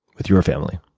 with your family?